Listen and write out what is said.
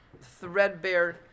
threadbare